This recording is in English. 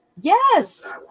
Yes